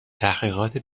تحقیقات